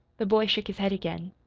the boy shook his head again.